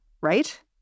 right